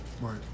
Right